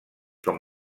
com